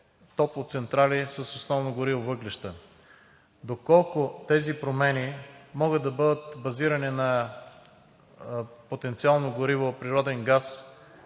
топлоцентрали с основно гориво – въглища? Доколко тези промени могат да бъдат базирани на потенциално гориво, природен газ,